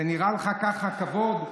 זה נראה לך מכובד ככה?